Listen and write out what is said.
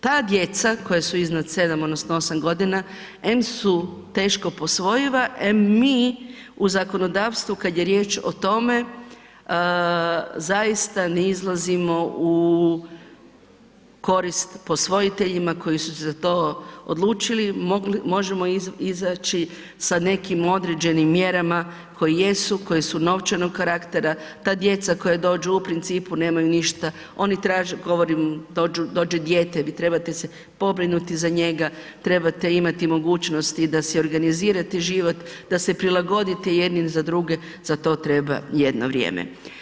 Ta djeca koja su iznad 7 odnosno 8 godina, em su teško posvojiva, em mi u zakonodavstvu, kad je riječ o tome, zaista ne izlazimo u korist posvojiteljima koji su za to odlučili, možemo izaći sa nekim određenim mjerama koje jesu, koje su novčanog karaktera, ta djeca koja dođu, u principu nemaju ništa, oni traže, govorim, dođe dijete, vi trebate se pobrinuti za njega, trebate imati mogućnost i da si organizirate život, da se prilagoditi jedni za druge, za to treba jedno vrijeme.